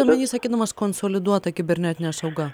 omeny sakydamas konsoliduota kibernetinė sauga